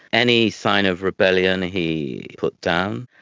any sign of rebellion he put down.